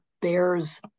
bears